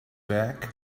bag